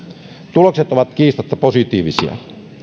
tulokset ovat kiistatta positiivisia